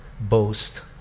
boast